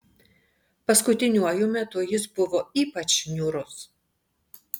paskutiniuoju metu jis buvo ypač niūrus